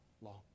long